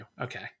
Okay